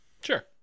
sure